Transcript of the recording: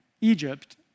Egypt